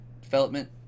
development